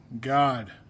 God